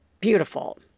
beautiful